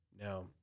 Now